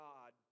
God